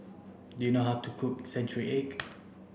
do you know how to cook century egg